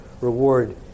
reward